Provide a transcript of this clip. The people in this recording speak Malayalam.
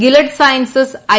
Gilead sciences I